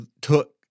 took